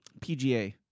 PGA